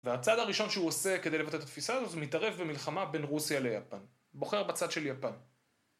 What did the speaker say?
והצד הראשון שהוא עושה כדי לבטא את התפיסה הזו, זה להתערב במלחמה בין רוסיה ליפן. בוחר בצד של יפן.